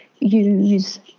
use